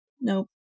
nope